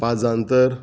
पांजांतर